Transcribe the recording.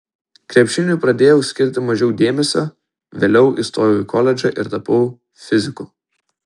krepšiniui pradėjau skirti mažiau dėmesio vėliau įstojau į koledžą ir tapau fiziku